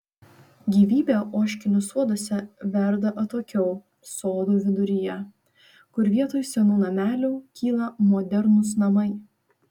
gyvybė ožkinių soduose verda atokiau sodų viduryje kur vietoj senų namelių kyla modernūs namai